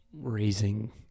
raising